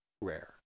rare